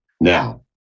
now